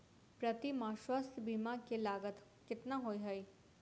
प्रति माह स्वास्थ्य बीमा केँ लागत केतना होइ है?